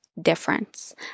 difference